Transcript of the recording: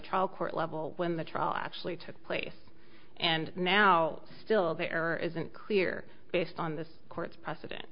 trial court level when the trial actually took place and now still there isn't clear based on this court's precedent